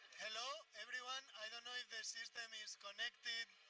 hello, everyone. the system is connected.